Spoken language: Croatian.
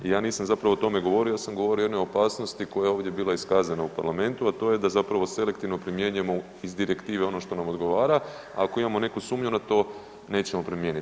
Ja nisam zapravo o tome govorio, ja sam govorio o jednoj opasnosti koja je ovdje bila iskazana u parlamentu, a to je da zapravo selektivno primjenjujemo iz direktive ono što nam odgovora, ako imamo neku sumnju na to nećemo primijenit.